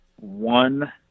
one